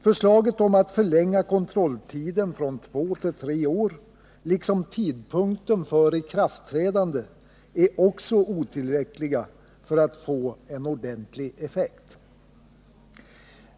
Förslagen om att förlänga kontrolltiden från två till tre år liksom om tidpunkten för ikraftträdandet är också otillräckliga för att få ordentlig effekt.